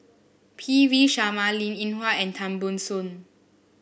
P V Sharma Linn In Hua and Tan Ban Soon